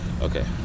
okay